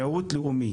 מיעוט לאומי